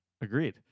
agreed